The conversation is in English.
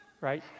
right